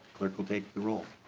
clerk will take the roll.